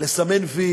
לסמן וי